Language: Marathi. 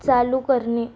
चालू करणे